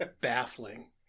Baffling